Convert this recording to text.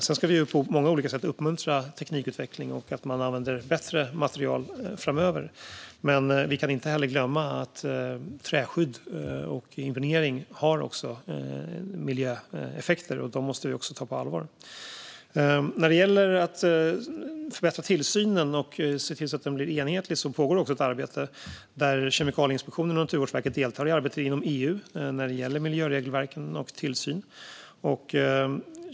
Sedan ska vi på många olika sätt uppmuntra teknikutveckling och att man använder bättre material framöver, men vi kan inte heller glömma att även träskydd och impregnering har miljöeffekter som vi måste ta på allvar. När det gäller att förbättra tillsynen och se till att den blir enhetlig pågår ett arbete. Kemikalieinspektionen och Naturvårdsverket deltar i arbetet inom EU när det gäller miljöregelverken och tillsyn.